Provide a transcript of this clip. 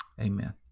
Amen